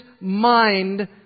mind